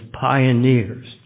pioneers